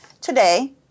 Today